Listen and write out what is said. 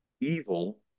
evil